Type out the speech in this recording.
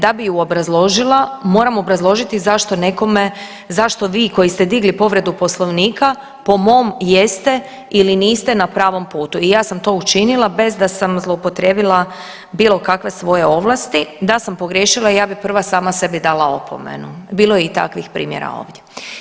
Da bi ju obrazložila, moram obrazložiti zašto nekome, zašto vi koji ste digli povredu Poslovnika po mom jeste ili ste na pravom putu i ja sam to učinila bez da sam zloupotrijebila bilo kakve svoje ovlasti, da sam pogriješila, ja bih prva sama sebi dala opomenu, bilo je i takvih primjera ovdje.